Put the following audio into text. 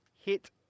hit